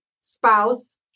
spouse